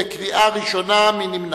בקריאה ראשונה.